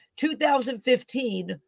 2015